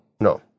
No